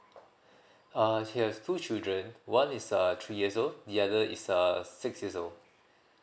uh he has two children one is uh three years old the other is uh six years old